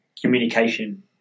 Communication